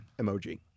emoji